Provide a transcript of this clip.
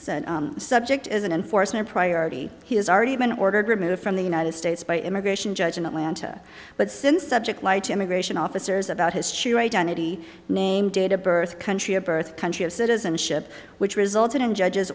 said subject as an enforcement priority he has already been ordered removed from the united states by immigration judge in atlanta but since subject light immigration officers about his sheer identity name date of birth country of birth country of citizenship which resulted in judge